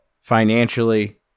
financially